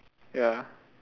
ya